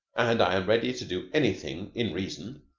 and i am ready to do anything in reason